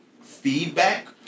feedback